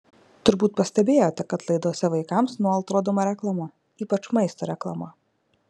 turbūt pastebėjote kad laidose vaikams nuolat rodoma reklama ypač maisto reklama